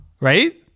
right